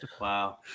Wow